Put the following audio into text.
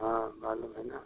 हाँ मालूम है न